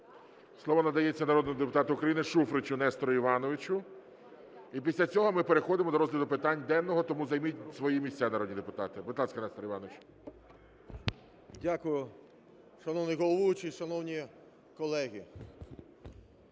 Слово надається народному депутату України Шуфричу Нестору Івановичу. І після цього ми переходимо до розгляду питань денного, тому займіть свої місця народні депутати. Будь ласка, Нестор Іванович.